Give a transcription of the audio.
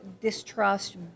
distrust